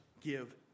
give